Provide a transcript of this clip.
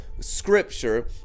Scripture